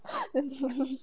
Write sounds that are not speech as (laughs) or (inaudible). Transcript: (laughs) damn lun lun